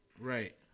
Right